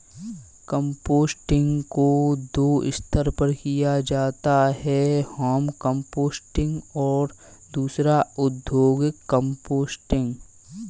composting को दो स्तर पर किया जाता है होम कंपोस्टिंग और दूसरा औद्योगिक कंपोस्टिंग